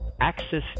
Access